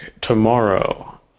tomorrow